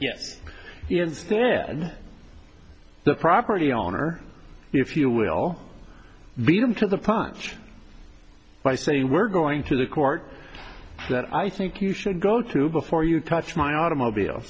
n instead the property owner if you will beat him to the punch by saying we're going to the court that i think you should go to before you touch my automobile